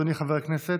אדוני חבר הכנסת,